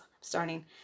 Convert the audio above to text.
starting